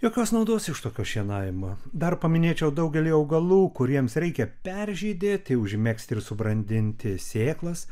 jokios naudos iš tokio šienavimo dar paminėčiau daugelį augalų kuriems reikia peržydėti užmegzti ir subrandinti sėklas